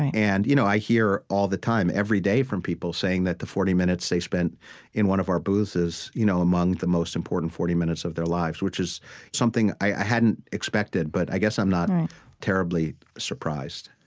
and you know i hear all the time, every day, from people saying that the forty minutes they spent in one of our booths is you know among the most important forty minutes of their lives, which is something i hadn't expected, but i guess i'm not terribly surprised